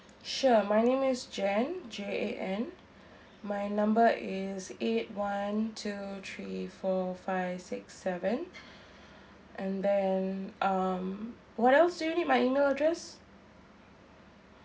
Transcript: sure my name is jan J A N my number is eight one two three four five six seven and then um what else do you need my email address